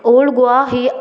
old Goa he